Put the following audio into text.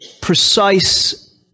precise